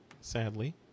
sadly